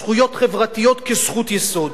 זכויות חברתיות כזכות יסוד.